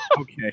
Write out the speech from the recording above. Okay